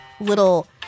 little